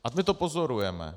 A my to pozorujeme.